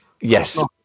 Yes